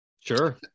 Sure